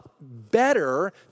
better